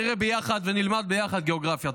נראה ביחד ונלמד ביחד גיאוגרפיה.